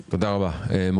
תודה, אדוני היושב-ראש.